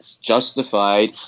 justified